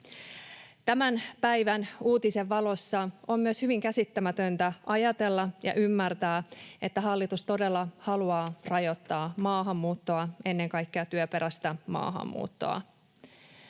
Tämän päivän uutisen valossa on myös hyvin käsittämätöntä ajatella ja ymmärtää, että hallitus todella haluaa rajoittaa maahanmuuttoa, ennen kaikkea työperäistä maahanmuuttoa.